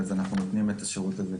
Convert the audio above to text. אז אנחנו נותנים גם את השירות הזה.